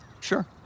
Sure